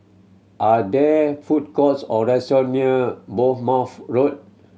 are there food courts or restaurant near Bournemouth Road